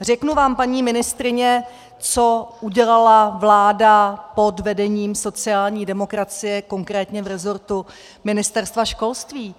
Řeknu vám, paní ministryně, co udělala vláda pod vedením sociální demokracie, konkrétně v rezortu Ministerstva školství.